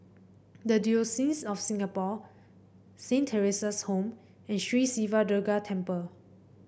the Diocese of Singapore Saint Theresa's Home and Sri Siva Durga Temple